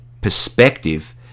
perspective